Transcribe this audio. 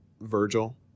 Virgil